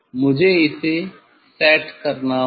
मुझे इसे सेट करना होगा